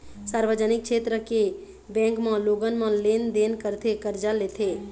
सार्वजनिक छेत्र के बेंक म लोगन मन लेन देन करथे, करजा लेथे